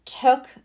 took